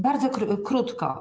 Bardzo krótko.